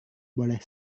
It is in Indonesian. boleh